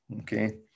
okay